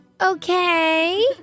okay